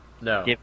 No